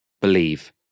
believe